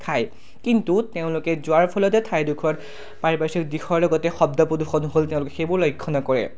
খায় কিন্তু তেওঁলোকে যোৱাৰ ফলতে ঠাইডোখৰত পাৰিপাৰ্শ্বিক দিশৰ লগতে শব্দ প্ৰদূষণ হ'ল তেওঁলোকে সেইবোৰ লক্ষ্য নকৰে